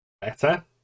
better